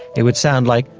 it would sound like,